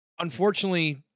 Unfortunately